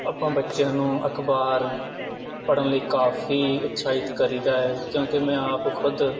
ਆਪਾਂ ਬੱਚਿਆਂ ਨੂੰ ਅਖ਼ਬਾਰ ਪੜ੍ਹਨ ਲਈ ਕਾਫ਼ੀ ਉਤਸ਼ਾਹਿਤ ਕਰੀਦਾ ਹੈ ਕਿਉਂਕਿ ਮੈਂ ਆਪ ਖੁਦ